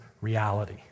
reality